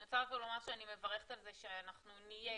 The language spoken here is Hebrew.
אני רוצה לומר שאני מברכת על זה שאנחנו נהיה,